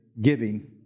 giving